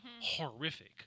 horrific